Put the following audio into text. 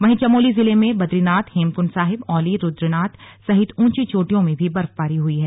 वहीं चमोली जिले में बदरीनाथ हेमकंड साहिब औली रुद्रनाथ सहित ऊंची चोटियों में भी बर्फबारी हई है